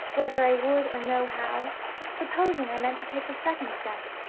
whether i would or no, how supposing i meant to take the second step,